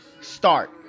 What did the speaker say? start